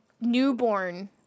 newborn